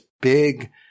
big